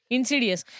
Insidious